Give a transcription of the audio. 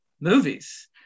movies